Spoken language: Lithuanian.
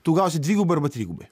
tu gausi dvigubai arba trigubai